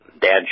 dad